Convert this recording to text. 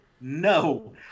no